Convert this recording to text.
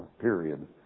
period